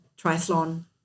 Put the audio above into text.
triathlon